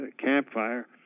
campfire